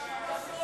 שום אסון.